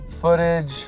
footage